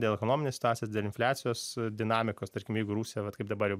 dėl ekonominės situacijos dėl infliacijos dinamikos tarkim jeigu rusija vat kaip dabar jau